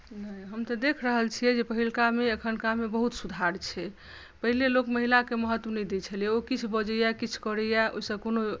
नहि हम तऽ देख रहल छियै जे पहिलुकामे एखुनकामे बहुत सुधार छै पहिले लोक महिलाकेँ महत्त्व नहि दैत छलै ओ किछु बजैए किछु करैए ओहिसँ कोनो